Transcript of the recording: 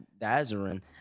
Dazarin